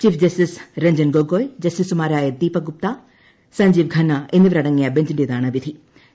chief justice Ranjan Gogoi ജസ്റ്റിസുമാരായ ദീപക് ഗുപ്ത സഞ്ജീവ് ഖന്ന എന്നിവരടങ്ങിയ ബഞ്ചാണ് ഉത്തരവിട്ടത്